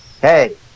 Hey